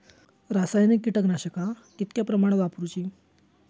रासायनिक कीटकनाशका कितक्या प्रमाणात वापरूची?